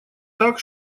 так